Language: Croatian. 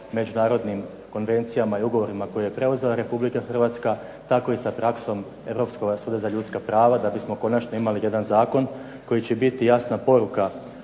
međunarodnim konvencijama i ugovorima koje je preuzela Republika Hrvatska tako i sa praksom Europskoga suda za ljudska prava da bismo konačno imali jedan zakon koji će biti jasna poruka